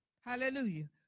Hallelujah